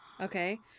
okay